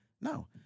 No